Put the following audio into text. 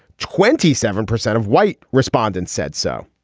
twenty seven percent of white respondents said so.